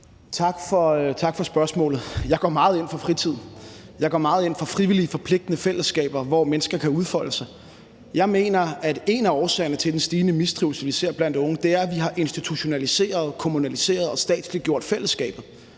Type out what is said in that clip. Tak for spørgsmålet. Jeg går meget ind for fritid. Jeg går meget ind for frivillige forpligtende fællesskaber, hvor mennesker kan udfolde sig. Jeg mener, at en af årsagerne til den stigende mistrivsel, vi ser blandt unge, er, at vi har institutionaliseret, kommunaliseret og statsliggjort fællesskabet